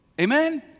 Amen